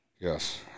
Yes